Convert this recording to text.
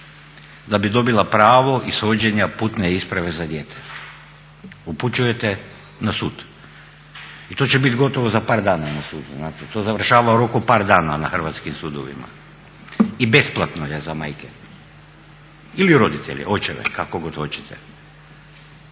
da bi dobila pravo ishođenja putne isprave za dijete, upućujete na sud. I to će biti gotovo za par dana na sudu znate, to završava u roku par dana na hrvatskim sudovima i besplatno je za majke ili roditelje, očeve kako god hoćete.